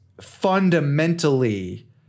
fundamentally